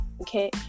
Okay